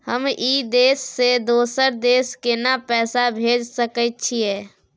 हम ई देश से दोसर देश केना पैसा भेज सके छिए?